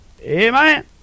Amen